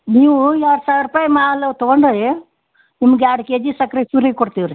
ನೀವು ಎರಡು ಸಾವಿರ ರೂಪಾಯಿ ಮಾಲು ತೊಗೊಂಡೋಗಿ ನಿಮ್ಗೆ ಎರಡು ಕೆ ಜಿ ಸಕ್ಕರೆ ಫಿರೀ ಕೊಡ್ತೀವಿ ರೀ